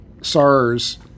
SARS